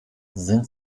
sind